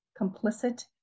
complicit